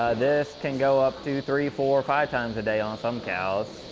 this can go up two, three, four, five times a day on some cows,